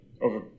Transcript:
over